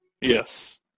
Yes